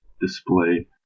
display